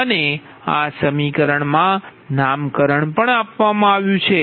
અને આ સમીકરણમાં નામકરણ પણ આપવામાં આવ્યું છે